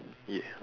yeah